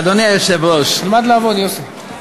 אדוני היושב-ראש, תלמד לעבוד, יוסי.